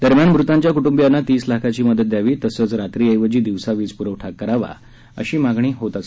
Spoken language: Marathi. दरम्यान मृतांच्या क्ट्ंबियांना तीस लाखांची मदत द्यावी तसंच रात्रीऐवजी दिवसा वीजप्रवठा करावा अशी मागणी होत आहे